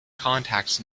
contacts